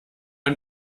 ein